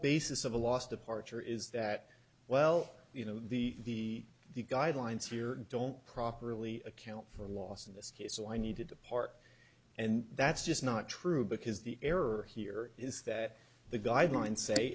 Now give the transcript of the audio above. basis of the last departure is that well you know the the guidelines here don't properly account for a loss in this case so i need to depart and that's just not true because the error here is that the guidelines say